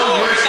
ביטחון, רווחה.